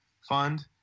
fund